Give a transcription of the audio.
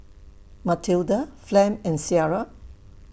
Mathilda Flem and Cierra